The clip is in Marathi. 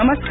नमस्कार